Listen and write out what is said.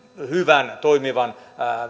hyvän toimivan